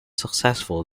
successful